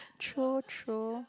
true true